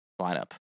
lineup